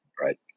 right